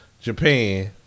Japan